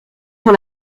sur